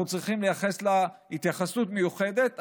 אנחנו צריכים לתת התייחסות מיוחדת.